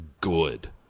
good